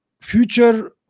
future